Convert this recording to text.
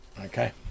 okay